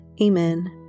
Amen